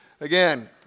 Again